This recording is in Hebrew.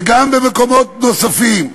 וגם במקומות נוספים.